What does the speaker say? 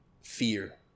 fear